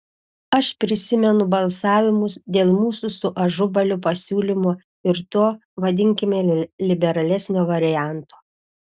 aš prisimenu balsavimus dėl mūsų su ažubaliu pasiūlymo ir to vadinkime liberalesnio varianto